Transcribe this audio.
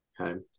Okay